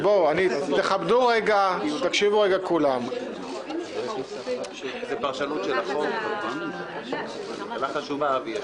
תקשיבו רגע כולם -- זו שאלה חשובה, אבי.